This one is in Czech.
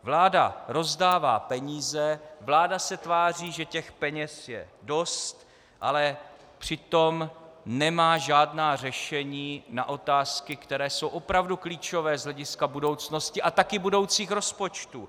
Vláda rozdává peníze, vláda se tváří, že těch peněz je dost, ale přitom nemá žádná řešení na otázky, které jsou opravdu klíčové z hlediska budoucnosti a taky budoucích rozpočtů.